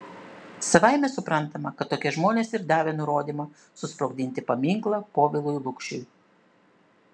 savaime suprantama kad tokie žmonės ir davė nurodymą susprogdinti paminklą povilui lukšiui